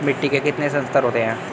मिट्टी के कितने संस्तर होते हैं?